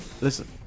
Listen